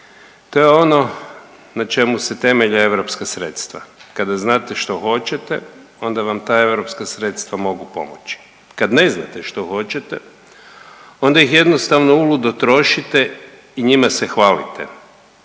To je ono na čemu se temelje europska sredstva, kada znate što hoćete onda vam ta europska sredstva mogu pomoći, kad ne znate što hoćete onda ih jednostavno uludo trošite i njima se hvalite.